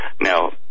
Now